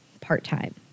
part-time